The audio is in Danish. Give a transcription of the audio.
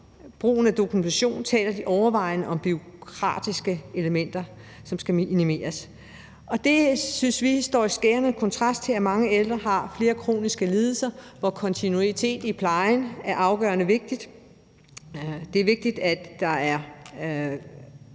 brugen af dokumentation, taler de overvejende om bureaukratiske elementer, der skal minimeres. Det syntes vi står i skærende kontrast til, at mange ældre har flere kroniske lidelser, hvor kontinuitet i plejen er afgørende vigtig. Det er vigtigt, at det er